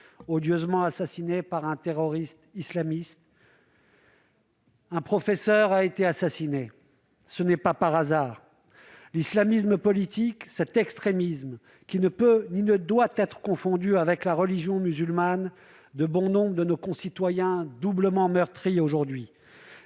odieusement assassiné par un terroriste islamiste. Un professeur a été assassiné. Ce n'est pas par hasard. L'islamisme politique, cet extrémisme qui ne peut ni ne doit être confondu avec la religion musulmane, celle de bon nombre de nos concitoyens, doublement meurtris aujourd'hui,